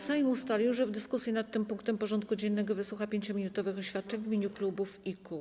Sejm ustalił, że w dyskusji nad tym punktem porządku dziennego wysłucha 5-minutowych oświadczeń w imieniu klubów i kół.